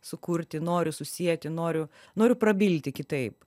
sukurti noriu susieti noriu noriu prabilti kitaip